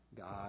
God